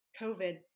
COVID